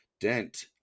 Dent